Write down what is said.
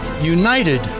United